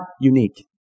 unique